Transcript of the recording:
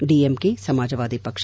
DMK Samajwadi ಪಕ್ಷ